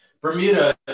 Bermuda